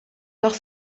noch